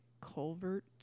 culvert